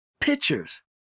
pictures